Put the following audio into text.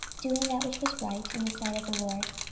doing that which was right in the sight of the lord.